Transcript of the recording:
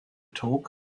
talk